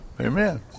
Amen